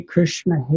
Krishna